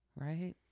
right